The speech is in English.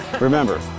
Remember